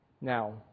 Now